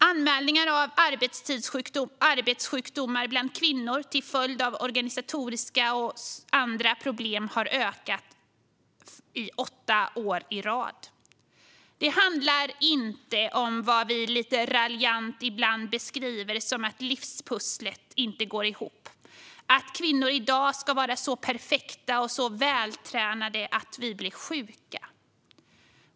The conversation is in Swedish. Anmälningarna om arbetssjukdomar bland kvinnor till följd av organisatoriska och andra problem har ökat åtta år i rad. Det handlar inte om vad vi lite raljant ibland beskriver som att livspusslet inte går ihop - att kvinnor i dag ska vara så perfekta och så vältränade att vi blir sjuka.